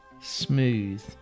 smooth